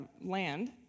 land